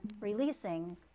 releasing